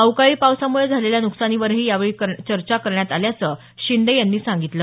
अवकाळी पावसामुळे झालेल्या नुकसानीवरही यावेळी चर्चा करण्यात आल्याचं ते शिंदे यांनी सांगितलं